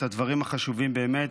את הדברים החשובים באמת,